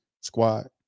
squad